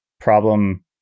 problem